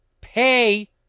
pay